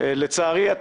לצערי,